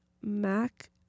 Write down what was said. Mac